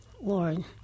Lord